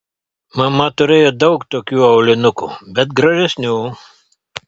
mama turėjo daug tokių aulinukų bet gražesnių